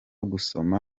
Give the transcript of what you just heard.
gusoma